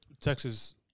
Texas